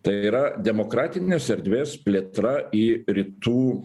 tai yra demokratinės erdvės plėtra į rytų